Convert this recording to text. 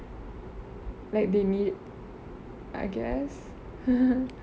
like they need I guess